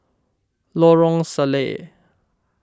Lorong Salleh